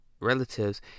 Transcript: relatives